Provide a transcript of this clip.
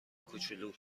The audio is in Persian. کوچولو